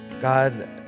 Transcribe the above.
God